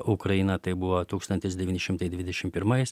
ukrainą tai buvo tūkstantis devyni šimtai dvidešim pirmais